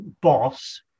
boss